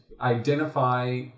identify